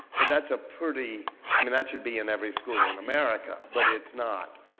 but that's a pretty i mean that should be in every school in america but it's not.